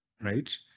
Right